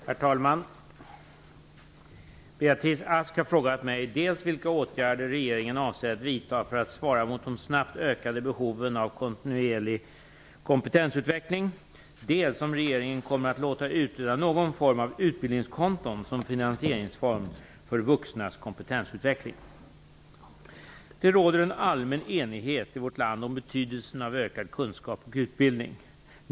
Herr talman! Beatrice Ask har frågat mig dels vilka åtgärder regeringen avser att vidta för att svara mot de snabbt ökade behoven av kontinuerlig kompetensutveckling, dels om regeringen kommer att låta utreda någon form av utbildningskonton som finansieringsform för vuxnas kompetensutveckling. Det råder en allmän enighet i vårt land om betydelsen av ökad kunskap och utbildning.